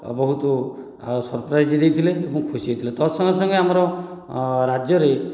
ବହୁତ ସରପ୍ରାଇଜ ଦେଇଥିଲେ ଖୁସି ହେଇଥିଲେ ତ ସଙ୍ଗେ ସଙ୍ଗେ ଆମର ରାଜ୍ୟ ରେ